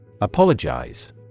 Apologize